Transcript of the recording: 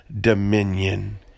dominion